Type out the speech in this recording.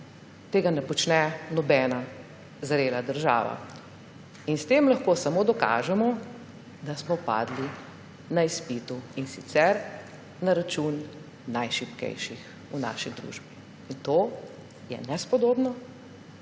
Tega ne počne nobena zrela država. S tem lahko samo dokažemo, da smo padli na izpitu, in sicer na račun najšibkejših v naši družbi. To je nespodobno